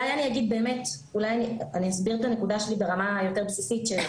אני אסביר את הנקודה ברמה בסיסית.